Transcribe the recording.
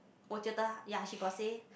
我觉得 yea she got say